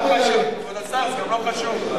מה אתם ננעלים על כל, כבוד השר, זה גם לא קשור.